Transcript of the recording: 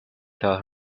tell